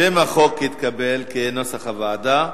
שם החוק התקבל כנוסח הוועדה.